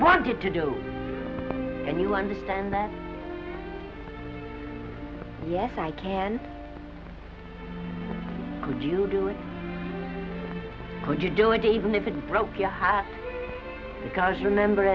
wanted to do and you understand that yes i can could you do it could you do it even if it broke your heart because remember